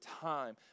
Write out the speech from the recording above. time